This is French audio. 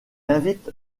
invite